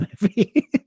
movie